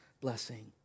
blessing